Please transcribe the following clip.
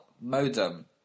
modem